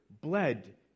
bled